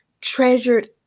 treasured